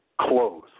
close